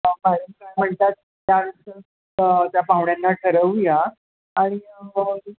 म्हणतात त्यांचं त्या पाहुण्यांना ठरवू या आणि मग